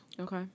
Okay